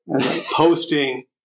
posting